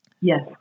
Yes